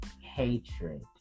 hatred